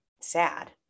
sad